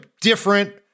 different